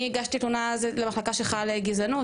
אני הגשתי לתלונה אז למחלקה שלך לגזענות